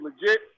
legit